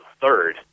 third